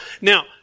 Now